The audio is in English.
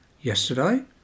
yesterday